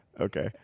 Okay